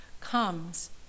comes